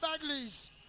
Bagley's